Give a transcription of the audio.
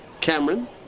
Cameron